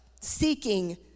seeking